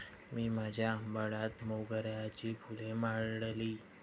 मी माझ्या आंबाड्यात मोगऱ्याची फुले माळली